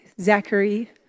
Zachary